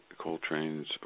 Coltrane's